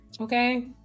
Okay